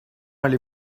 allez